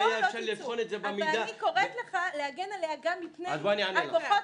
אני קוראת לך להגן עליה גם מפני הכוחות